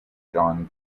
john